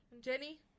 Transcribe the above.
Jenny